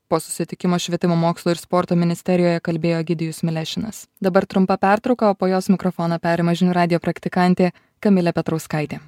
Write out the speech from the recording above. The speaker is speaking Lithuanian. po susitikimo švietimo mokslo ir sporto ministerijoje kalbėjo egidijus milešinas dabar trumpa pertrauka o po jos mikrofoną perima žinių radijo praktikantė kamilė petrauskaitė